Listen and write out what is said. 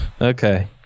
Okay